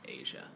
Asia